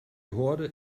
horde